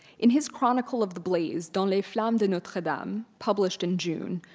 in his chronicle of the blaze, dans les flammes de notre-dame published in june,